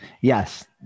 Yes